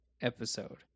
episode